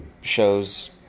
shows